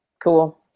Cool